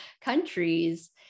countries